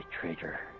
traitor